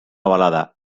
balada